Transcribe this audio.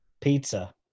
Pizza